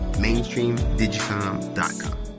MainstreamDigicom.com